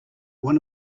one